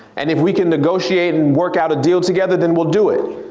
and if we can negotiate and work out a deal together than we'll do it.